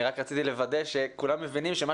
אני רק רציתי לוודא שכולם מבינים שמה